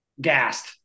gassed